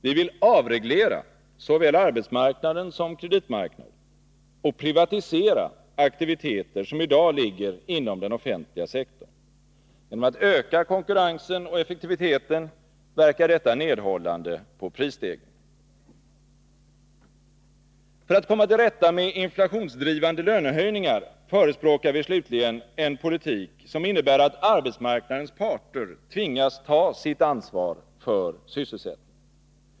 Vi vill avreglera såväl arbetsmarknaden som kreditmarknaden och privatisera aktiviteter som i dag ligger inom den offentliga sektorn. Genom att öka konkurrensen och effektiviteten verkar detta nedhållande på prisstegringen. För att komma till rätta med inflationsdrivande lönehöjningar förespråkar vi slutligen en politik som innebär att arbetsmarknadens parter tvingas ta sitt ansvar för sysselsättningen.